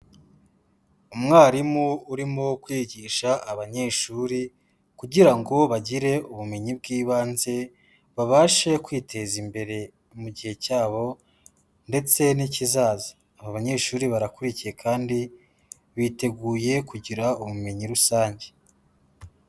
Umwarimu urimo kwigisha abanyeshuri kugira ngo bagire ubumenyi bw'ibanze, babashe kwiteza imbere mu gihe cyabo ndetse n'ikizaza, aba banyeshuri barakurikiye kandi biteguye kugira ubumenyi rusange.